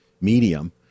medium